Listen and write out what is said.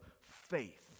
faith